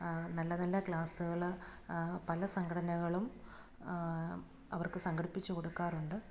നല്ല നല്ല ക്ലാസ്സുകൾ പല സംഘടനകളും അവർക്ക് സംഘടിപ്പിച്ച് കൊടുക്കാറുണ്ട്